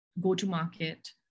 go-to-market